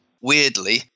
weirdly